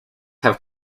have